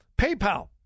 PayPal